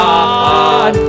God